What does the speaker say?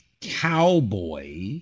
cowboy